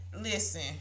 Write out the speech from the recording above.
listen